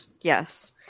yes